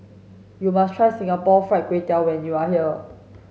you must try Singapore fried Kway Tiao when you are here